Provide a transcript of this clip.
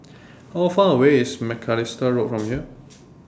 How Far away IS Macalister Road from here